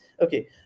Okay